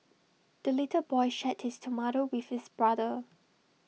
the little boy shared his tomato with his brother